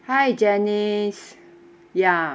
hi janice ya